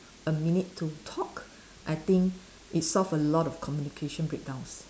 a minute to talk I think it solve a lot of communication breakdowns